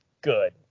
good